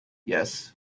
yes